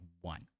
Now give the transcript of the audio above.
one